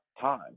time